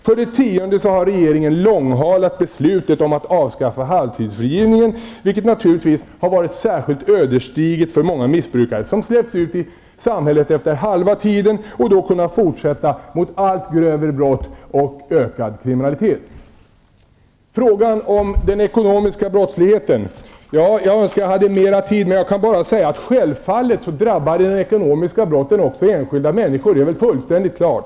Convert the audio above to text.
För det tionde har regeringen långhalat beslutet om att avskaffa halvtidsfrigivningen, vilket för övrigt har varit särskilt ödesdigert för många missbrukare, som släppts ut i samhället efter halva tiden och då kunnat fortsätta mot allt grövre brott och ökad kriminalitet. Till slut frågan om den ekonomiska brottsligheten. Jag önskar att jag hade mera tid. Jag kan bara säga att självfallet drabbar de ekonomiska brotten också enskilda människor. Det är väl fullständigt klart.